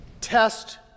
Test